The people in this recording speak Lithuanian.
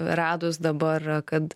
radus dabar kad